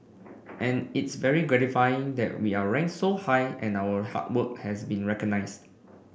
and it's very gratifying that we are ranked so high and our hard work has been recognised